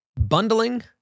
Bundling